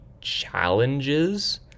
challenges